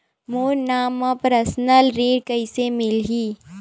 मोर नाम म परसनल ऋण कइसे मिलही?